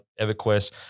EverQuest